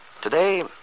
Today